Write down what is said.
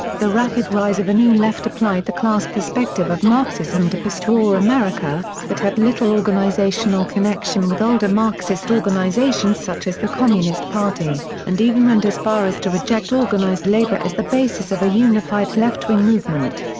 the rapid rise of a new left applied the class perspective of marxism to postwar america, but had little organizational connection with older marxist organizations such as the communist party, and even went as far far as to reject organized labor as the basis of a unified left-wing movement.